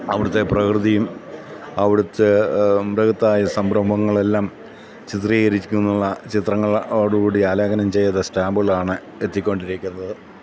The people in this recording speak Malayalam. അവിടുത്തെ പ്രകൃതിയും അവിടുത്തെ ബൃഹത്തായ സംരംഭങ്ങളുമെല്ലാം ചിത്രീകരിക്കുന്ന ചിത്രങ്ങളോടുകൂടി ആലേഖനം ചെയ്ത സ്റ്റാമ്പുകളാണ് എത്തിക്കൊണ്ടിരിക്കുന്നത്